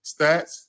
stats